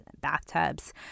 bathtubs